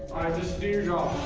just do your job.